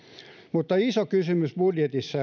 mutta iso kysymys budjetissa